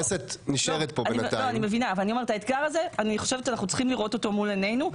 אני חושבת שאנחנו צריכים לראות אותו מול עינינו.